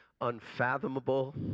unfathomable